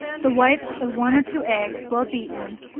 the whites of one or two eggs, well beaten,